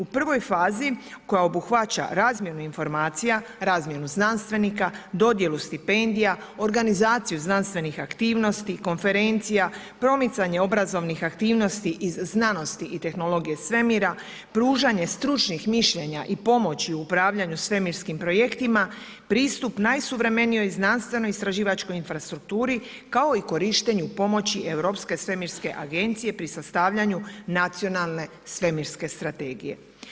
U prvoj fazi koja obuhvaća razmjenu informacija, razmjenu znanstvenika, dodjelu stipendija, organizaciju znanstvenih aktivnosti, konferencija, promicanje obrazovnih aktivnosti i znanosti i tehnologije svemira, pružanje stručnih mišljenja i pomoći u upravljanju svemirskim projektima, pristup najsuvremenijoj znanstvenoj istraživačkoj infrastrukturi kao i korištenju pomoći Europske svemirske agencije pri sastavljanju nacionalne svemirske strategije.